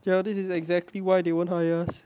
well this is exactly why they won't hire us